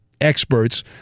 experts